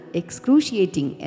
excruciating